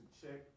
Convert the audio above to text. check